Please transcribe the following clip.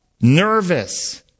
Nervous